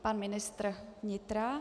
Pan ministr vnitra.